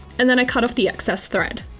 and then i cut off the excess thread.